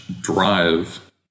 drive